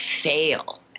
fail